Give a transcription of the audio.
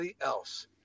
else